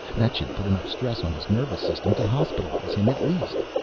that should put enough stress on his nervous system to hospitalize him, at least.